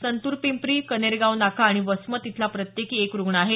संतुर पिंपरी कनेरगाव नाका आणि वसमत इथला प्रत्येकी एक रुग्ण आहे